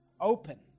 open